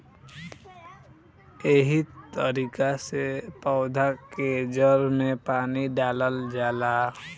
एहे तरिका से पौधा के जड़ में पानी डालल जाला